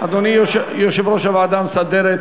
אדוני יושב-ראש הוועדה המסדרת.